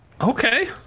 Okay